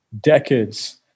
decades